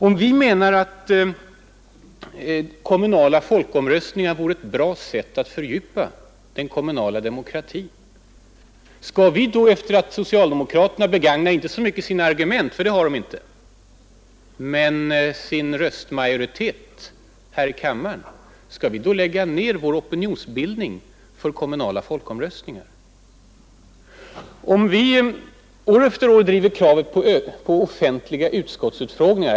Om vi menar att kommunala folkomröstningar vore ett bra medel att fördjupa den kommunala demokratin, skall vi då, sedan socialdemokraterna begagnat sin röstmajoritet här i kammaren — inte så mycket sina argument, för det har de inga — lägga ner vår opinionsbildning för kommunala folkomröstningar? Vi driver år efter år kravet på offentliga utskottsutfrågningar.